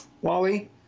Wally